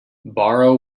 borrow